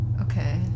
Okay